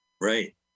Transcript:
Right